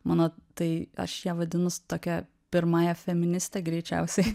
mano tai aš ją vadinu su tokia pirmąja feministe greičiausiai